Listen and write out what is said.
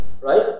right